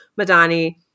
Madani